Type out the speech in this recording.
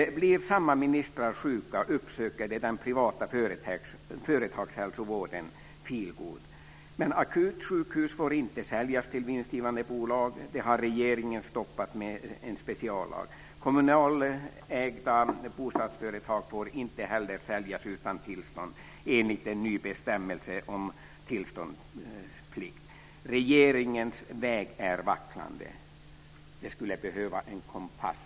Blir samma ministrar sjuka uppsöker de den privata företagshälsovården Feelgood. Men akutsjukhus får inte säljas till vinstgivande bolag. Det har regeringen stoppat med en speciallag. Kommunalägda bostadsföretag får inte heller säljas utan tillstånd enligt en ny bestämmelse om tillståndsplikt. Regeringens väg är vacklande. De skulle behöva en kompass."